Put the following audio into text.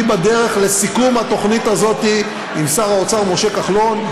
אני בדרך לסיכום התוכנית הזאת עם שר האוצר משה כחלון,